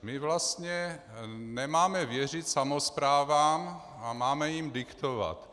My vlastně nemáme věřit samosprávám a máme jim diktovat.